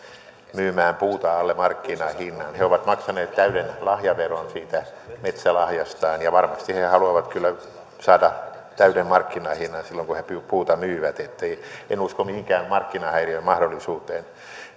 myymään puuta alle markkinahinnan he ovat maksaneet täyden lahjaveron siitä metsälahjastaan ja varmasti he haluavat kyllä saada täyden markkinahinnan silloin kun he puuta myyvät niin että en usko mihinkään markkinahäiriön mahdollisuuteen